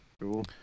cool